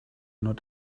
not